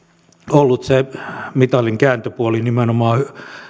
ollut se mitalin kääntöpuoli nimenomaan